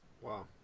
wow